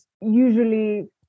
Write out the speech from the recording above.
usually